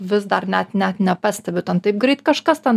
vis dar net net nepastebi ten taip greit kažkas ten